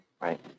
right